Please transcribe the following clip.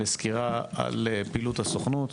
לסקירה על פעילות הסוכנות.